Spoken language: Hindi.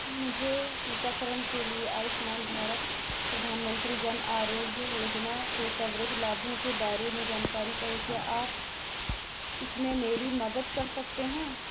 मुझे टीकाकरण के लिए आयुष्मान भारत प्रधानमन्त्री जन आरोग्य योजना के कवरेज़ लाभों के बारे में जानकारी चाहिए क्या आप इसमें मेरी मदद कर सकते हैं